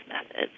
methods